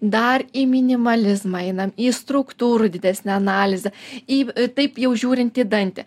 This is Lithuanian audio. dar į minimalizmą einam į struktūrų didesnę analizę į taip jau žiūrint į dantį